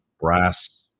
brass